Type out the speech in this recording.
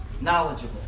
knowledgeable